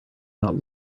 not